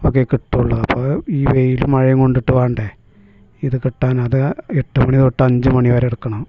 ഒക്കേ കിട്ടുള്ളൂ അപ്പോൾ ഈ വെയിലും മഴയും കൊണ്ടിട്ടു വേണ്ടേ ഇതു കിട്ടാൻ അത് എട്ടു മണി തൊട്ടഞ്ചു മണിവരെ എടുക്കണം